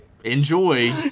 Enjoy